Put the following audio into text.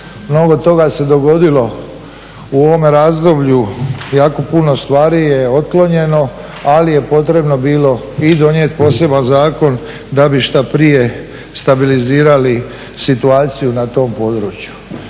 mnogo toga se dogodilo u ovome razdoblju, jako puno stvari je otklonjeno ali je potrebno bilo i donijeti poseban zakon da bi šta prije stabilizirali situaciju na tom području.